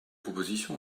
proposition